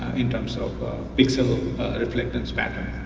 in terms of pixel reflectance pattern.